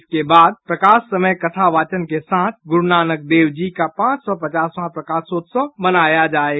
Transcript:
इसके बाद प्रकाश समय कथा वाचन के साथ गुरुनानक देव जी का पांच सौ पचासवां प्रकाशोत्सव मनाया जायेगा